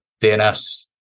DNS